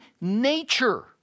nature